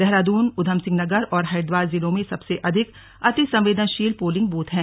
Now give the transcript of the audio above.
देहराद्न उधमसिंह नगर और हरिद्वार जिलों में सबसे अधिक अति संवेदनशील पोलिंग बूथ हैं